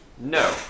No